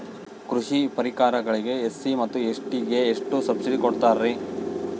ಕೃಷಿ ಪರಿಕರಗಳಿಗೆ ಎಸ್.ಸಿ ಮತ್ತು ಎಸ್.ಟಿ ಗೆ ಎಷ್ಟು ಸಬ್ಸಿಡಿ ಕೊಡುತ್ತಾರ್ರಿ?